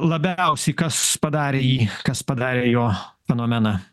labiausiai kas padarė jį kas padarė jo fenomeną